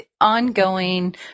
Ongoing